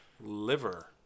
liver